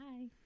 Hi